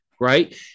right